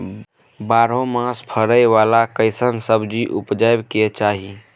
बारहो मास फरै बाला कैसन सब्जी उपजैब के चाही?